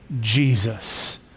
Jesus